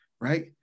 Right